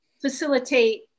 facilitate